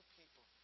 people